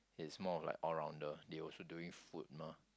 i'ts more of like all rounder they also doing food mah